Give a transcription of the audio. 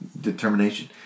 determination